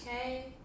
Okay